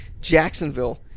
Jacksonville